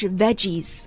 veggies